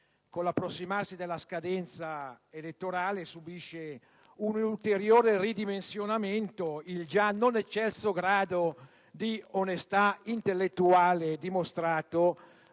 Con l'approssimarsi della scadenza elettorale, infatti, subisce un ulteriore ridimensionamento il già non eccelso grado di onestà intellettuale dimostrato